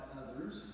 others